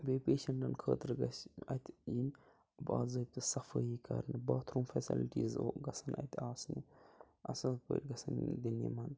تہٕ بیٚیہِ پیشَنٹَن خٲطرٕ گَژھہِ اَتہِ یِنۍ باضٲبطہٕ صفٲیی کَرنہٕ باتھ روٗم فیسَلٹیٖز ٲں گژھیٚن اَتہِ آسنہِ اصٕل پٲٹھۍ گَژھیٚن دِنۍ یِمن